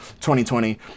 2020